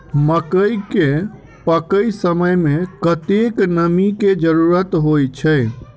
मकई केँ पकै समय मे कतेक नमी केँ जरूरत होइ छै?